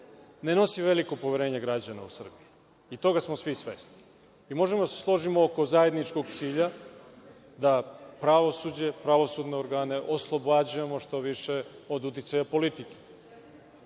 ne nosi veliko poverenje građana u Srbiji i toga smo svi svesni. Možemo da se složimo oko zajedničkog cilja da pravosuđe, pravosudne organe oslobađamo što više od uticaja politike. Trebalo